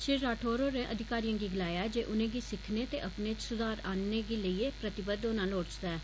श्री राठौड़ होरें अधिकारियें गी गलाया जे उनेंगी सिक्खने ते अपने इच सुधार आनने गी लेईयै प्रतिबद्ध होना लोड़चदा ऐ